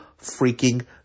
freaking